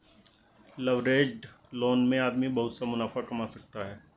leveraged loan में आदमी बहुत सा मुनाफा कमा सकता है